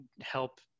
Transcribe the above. help